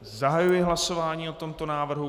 Zahajuji hlasování o tomto návrhu.